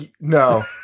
No